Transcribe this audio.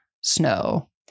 Snow